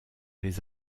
les